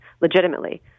legitimately